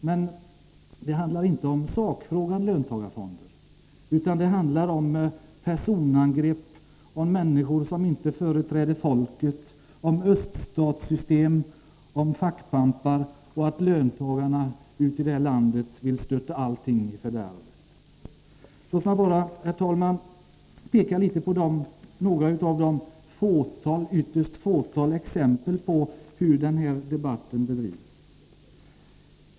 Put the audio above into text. Men det hela handlar inte om sakfrågan, utan det handlar om personangrepp, om människor som inte företräder folket, om öststatssystem, om fackpampar och om att löntagarna i det här landet vill störta allting i fördärvet. Låt mig bara, herr talman, ge några få exempel på hur debatten bedrivs.